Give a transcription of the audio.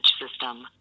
system